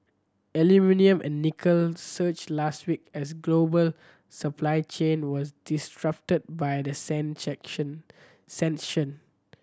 aluminium and nickel surged last week as global supply chain were disrupted by the sanction